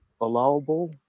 allowable